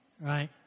right